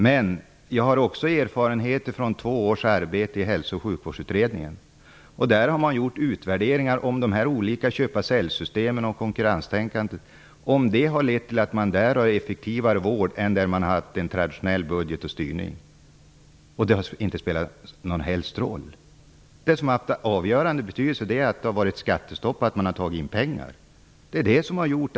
Men vi har också erfarenheter från två års arbete i Hälso och sjukvårdsutredningen. Där har de olika köp--sälj-systemen och konkurrenstänkandet utvärderats för att se om de har lett till effektivare vård än traditionell budget och styrning. Det har visat sig att dessa system inte har spelat någon roll. Skattestopp och indragningar av pengar har varit av avgörande betydelse.